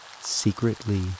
secretly